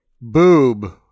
boob